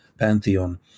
Pantheon